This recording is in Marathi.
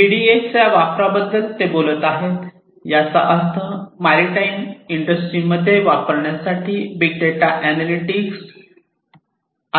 बीडीएचा वापराबद्दल बोलत आहेत याचा अर्थ मारिटाईम इंडस्ट्रीमध्ये वापरण्यासाठी बिग डेटा एनालॅटिक्स